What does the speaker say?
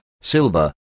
silver